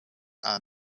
and